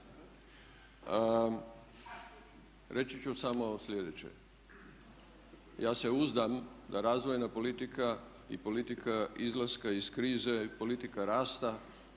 Reći ću samo sljedeće. Ja se uzdam da razvojna politika i politika izlaska iz krize, politika rasta